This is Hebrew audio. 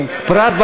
פרט,